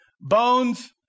Bones